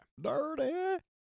Dirty